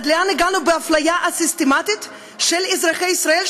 עד לאן הגענו באפליה הסיסטמטית של אזרחי ישראל,